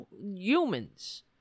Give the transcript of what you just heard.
humans